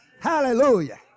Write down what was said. Hallelujah